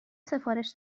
سفارش